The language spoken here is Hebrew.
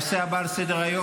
הנושא הבא על סדר-היום,